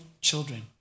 children